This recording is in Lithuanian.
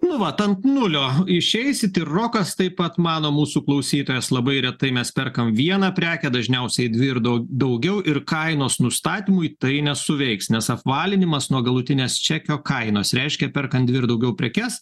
nu vat ant nulio išeisit ir rokas taip pat mano mūsų klausytojas labai retai mes perkam vieną prekę dažniausiai dvi ir dau daugiau ir kainos nustatymui tai nesuveiks nes apvalinimas nuo galutinės čekio kainos reiškia perkant dvi ir daugiau prekes